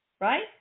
right